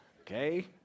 Okay